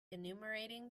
enumerating